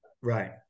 Right